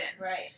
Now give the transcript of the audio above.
Right